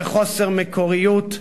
וחוסר מקוריות,